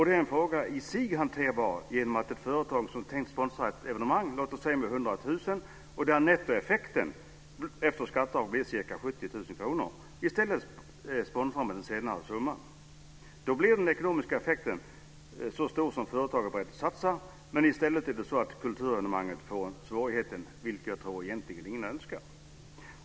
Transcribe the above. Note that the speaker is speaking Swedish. Den frågan är i sig hanterbar genom att ett företag som tänkt sponsra ett evenemang, låt säga med 100 000 kr och där nettoeffekten efter skatteavdrag blir ca 70 000 kr, i stället sponsrar med den senare summan. Då blir den ekonomiska effekten lika stor som beloppet som företaget var berett att satsa. I stället är det så att kulturevenemanget får svårigheten, vilket jag tror egentligen ingen önskar.